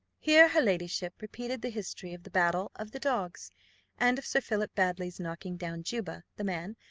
here her ladyship repeated the history of the battle of the dogs and of sir philip baddely's knocking down juba, the man,